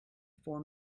four